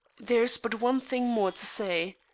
there is but one thing more to say.